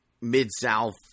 Mid-South